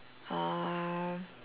uh